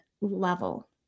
level